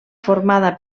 formada